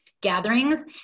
gatherings